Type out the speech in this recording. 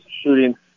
shooting